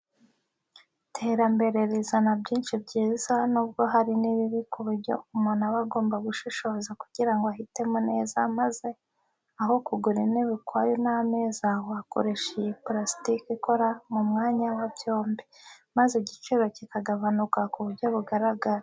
Iterambere rizana byinshi byiza n'ubwo hari n'ibibi ku buryo umuntu aba agomba gushishoza kugira ngo ahitemo neza, maze aho kugura intebe ukwayo n'ameza, wakoresha iyi ya purasitiki ikora mu mwanya wa byombi, maze igiciro kikagabanuka ku buryo bugaragara.